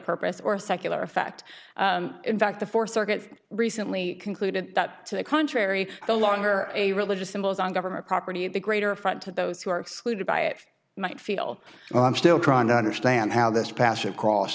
purpose or secular effect in fact the fourth circuit recently concluded that to the contrary the longer a religious symbols on government property the greater affront to those who are excluded by it might feel i'm still trying to understand how this passive cross